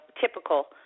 typical